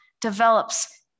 develops